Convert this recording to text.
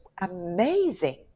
amazing